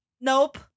Nope